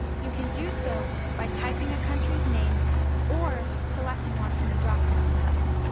you can do so by typing a country's name or selecting one from the dropdown menu.